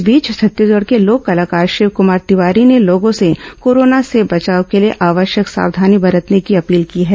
इस बीच छत्तीसगढ़ के लोक कलाकार शिवकुमार तिवारी ने लोगों से कोरोना से बचाव के लिए आवश्यक सावधानी बरतने की अपील की है